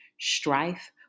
strife